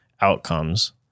outcomes